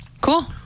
cool